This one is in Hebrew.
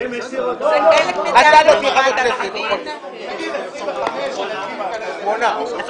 אתם כותבים כאן עודפים המגיעים להוצאות שטרם